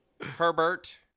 Herbert